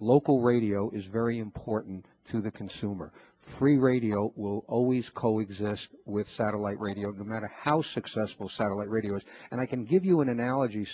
local radio is very important to the consumer free radio will always co exist with satellite radio no matter how successful satellite radio was and i can give you an analogy